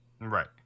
Right